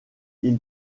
ils